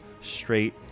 straight